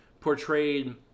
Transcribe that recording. portrayed